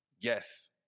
yes